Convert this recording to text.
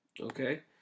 Okay